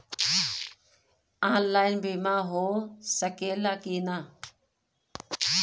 Online बीमा हो सकेला की ना?